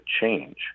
change